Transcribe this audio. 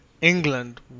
England